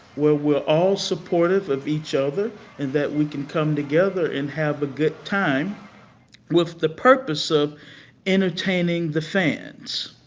where we're all supportive of each other and that we can come together and have a good time with the purpose of entertaining the fans.